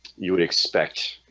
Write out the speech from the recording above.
you would expect